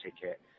ticket